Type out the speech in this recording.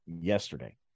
yesterday